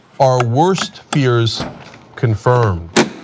our worst fears confirmed.